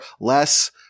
less